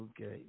Okay